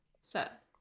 set